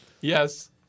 Yes